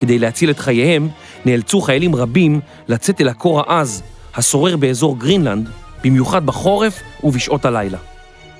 כדי להציל את חייהם נאלצו חיילים רבים לצאת אל הקור העז השׂורר באזור גרינלנד, במיוחד בחורף ובשעות הלילה.